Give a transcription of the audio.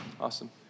Awesome